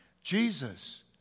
Jesus